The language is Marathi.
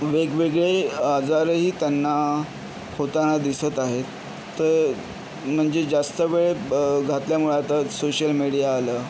वेगवेगळे आजारही त्यांना होताना दिसत आहेत तर म्हणजे जास्त वेळ घातल्यामुळे आता सोशल मीडिया आलं